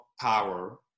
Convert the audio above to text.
power